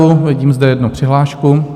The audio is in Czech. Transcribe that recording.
Vidím zde jednu přihlášku.